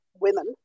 women